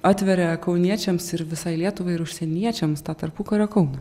atveria kauniečiams ir visai lietuvai ir užsieniečiams tarpukario kauną